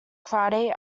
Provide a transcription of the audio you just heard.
karate